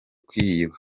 kuyiba